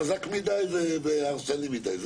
חזק מדי והרסני מדי.